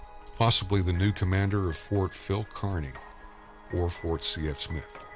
possibly the new commander of fort phil kearny or fort c f. smith.